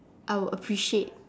I would appreciate